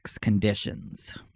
conditions